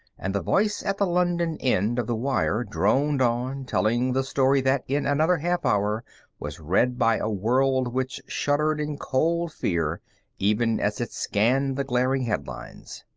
and the voice at the london end of the wire droned on, telling the story that in another half hour was read by a world which shuddered in cold fear even as it scanned the glaring headlines.